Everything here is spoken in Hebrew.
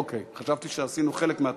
חשבתי שעשינו חלק מהתהליך.